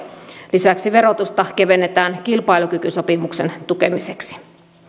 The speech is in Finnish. lisäksi verotusta kevennetään kilpailukykysopimuksen tukemiseksi